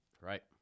Right